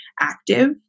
active